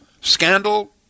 Scandal